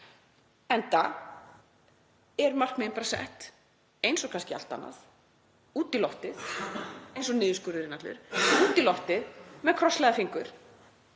Enda eru markmiðin bara sett eins og kannski allt annað, út í loftið, eins og niðurskurðurinn allur, út í loftið með krosslagða fingur: